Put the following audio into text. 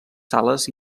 sales